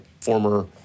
former